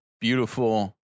beautiful